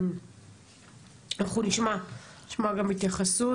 אנחנו נשמע גם התייחסות.